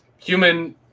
human